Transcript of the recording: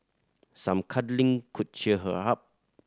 some cuddling could cheer her up